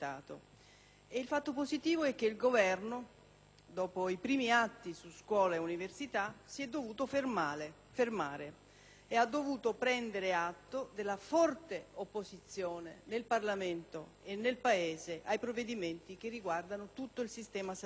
Il fatto positivo è che il Governo, dopo i primi atti su scuola ed università, si è dovuto fermare e ha dovuto prendere atto della forte opposizione nel Parlamento e nel Paese ai provvedimenti che riguardano tutto il sistema sapere.